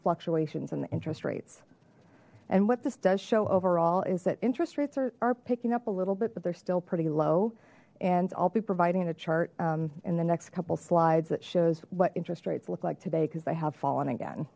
fluctuations and the interest rates and what this does show overall is that interest rates are are picking up a little bit but they're still pretty low and i'll be providing a chart in the next couple slides that shows what interest rates look like today because they have fallen again